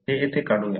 तर ते इथे काढूया